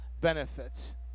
benefits